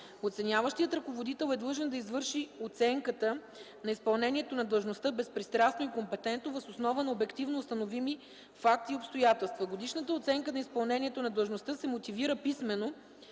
Оценяващият ръководител е длъжен да извърши оценката на изпълнението на длъжността безпристрастно и компетентно въз основа на обективно установими факти и обстоятелства. Годишната оценка на изпълнението на длъжността се мотивира писмено,